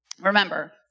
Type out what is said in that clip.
Remember